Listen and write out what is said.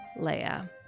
Leia